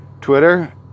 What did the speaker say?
Twitter